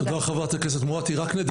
וללכת.